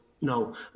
no